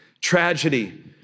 tragedy